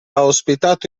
ospitato